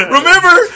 Remember